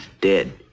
dead